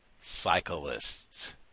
cyclists